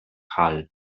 hal